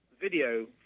video